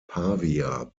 pavia